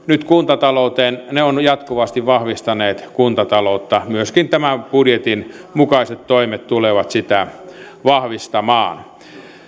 nyt tehty kuntatalouteen ovat jatkuvasti vahvistaneet kuntataloutta myöskin tämän budjetin mukaiset toimet tulevat sitä vahvistamaan